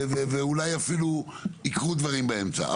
ואולי אפילו יקרו דברים באמצע.